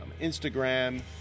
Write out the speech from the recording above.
instagram